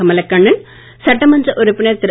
கமலக்கண்ணன் சட்டமன்ற உறுப்பினர் திரு